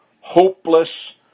hopeless